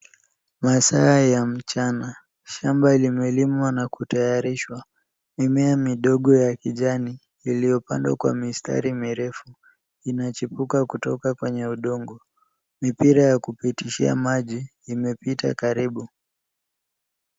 Masaa ya mchana. Shamba limelimwa na kutayarishwa. Mimea midogo ya kijani, iliyopandwa kwa mistari mirefu inachipuka kutoka kwenye udongo. Mipira ya kupitishia maji imepita karibu.